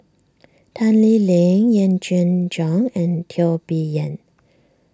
Tan Lee Leng Yee Jenn Jong and Teo Bee Yen